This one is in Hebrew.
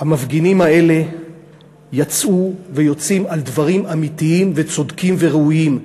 המפגינים האלה יצאו ויוצאים על דברים אמיתיים וצודקים וראויים.